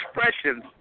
expressions